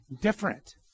different